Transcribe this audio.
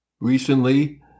recently